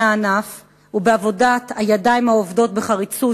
הענף ובעבודת הידיים העובדות בחריצות,